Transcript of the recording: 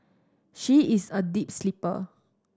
she is a deep sleeper